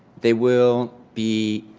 they will be